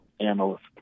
analyst